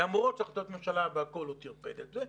למרות החלטת ממשלה הוא טרפד את זה.